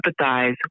empathize